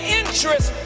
interest